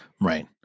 Right